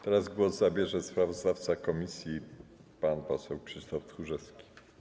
Teraz głos zabierze sprawozdawca komisji pan poseł Krzysztof Tchórzewski.